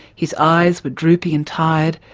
his eyes were droopy and tired,